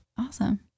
Awesome